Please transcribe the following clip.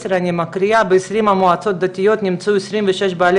אני מקריאה: ב-20 מועצות דתיות נמצאו 26 בעלי